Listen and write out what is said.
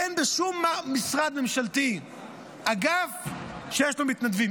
אין בשום משרד ממשלתי אגף שיש לו מתנדבים,